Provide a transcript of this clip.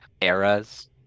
Eras